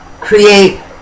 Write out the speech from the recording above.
create